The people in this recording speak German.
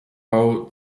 bau